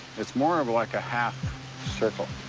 it's more of, like, a half circle,